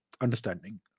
understanding